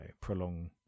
prolong